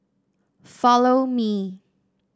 Follow Me